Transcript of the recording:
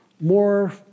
more